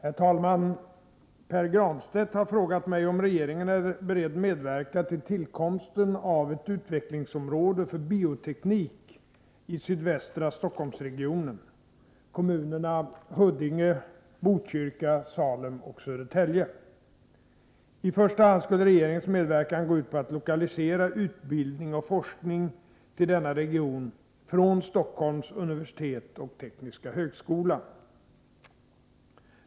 Herr talman! Pär Granstedt har frågat mig om regeringen är beredd att medverka till tillkomsten av ett utvecklingsområde för bioteknik i sydvästra Stockholmsregionen —- kommunerna Huddinge, Botkyrka, Salem och Södertälje. I första hand skulle regeringens medverkan gå ut på att lokalisera utbildning och forskning till denna region från Stockholms universitet och Tekniska högskolan.